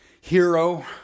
hero